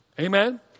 Amen